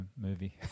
movie